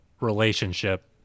relationship